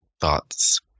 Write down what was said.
thoughts